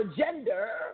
gender